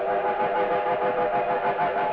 all